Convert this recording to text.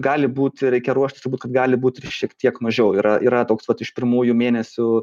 gali būti reikia ruoštis kad gali būt ir šiek tiek mažiau yra yra toks vat iš pirmųjų mėnesių